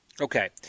Okay